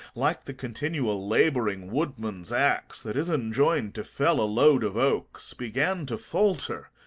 like the continual laboring wood-man's axe that is enjoined to fell a load of oaks, began to faulter,